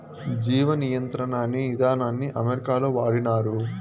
జీవ నియంత్రణ అనే ఇదానాన్ని అమెరికాలో వాడినారు